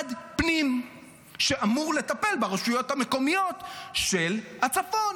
משרד פנים שאמור לטפל ברשויות המקומיות של הצפון.